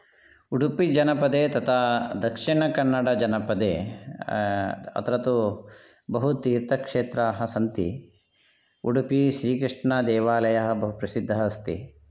उडुपीजनपदे तथा दक्षिणकन्नडजनपदे अत्र तु बहुतीर्थक्षेत्राः सन्ति उडुपी श्रीकृष्णदेवालयः बहु प्रसिद्धः अस्ति